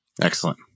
Excellent